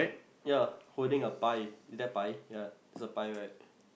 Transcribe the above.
ya holding a pie is that pie ya that's a pie right